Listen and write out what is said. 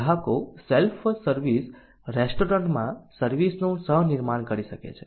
ગ્રાહકો self service રેસ્ટોરન્ટમાં service નું સહ નિર્માણ કરી શકે છે